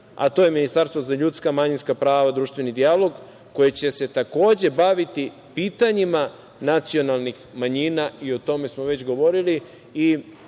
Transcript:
a to je ministarstvo za ljudska manjinska prava, društveni dijalog koji će se takođe baviti pitanjima nacionalnih manjina i o tome smo već govorili